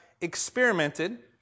experimented